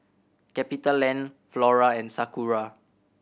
CapitaLand Flora and Sakura